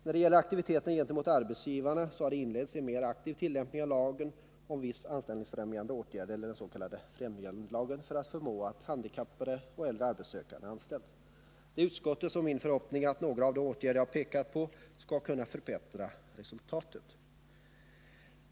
När det gäller aktiviteten gentemot arbetsgivarna så har det inletts en mer aktiv tillämpning av lagen om vissa anställningsfrämjande åtgärder för att förmå dem att anställa handikappade och äldre arbetssökande. Det är utskottets och min förhoppning att några av de åtgärder jag pekat på skall kunna förbättra resultatet.